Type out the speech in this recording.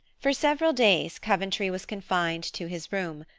for several days coventry was confined to his room,